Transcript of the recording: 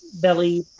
belly